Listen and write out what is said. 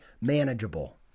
manageable